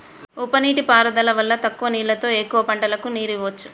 ఉప నీటి పారుదల వల్ల తక్కువ నీళ్లతో ఎక్కువ పంటలకు నీరు ఇవ్వొచ్చు